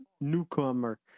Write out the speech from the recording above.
newcomer